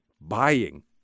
Buying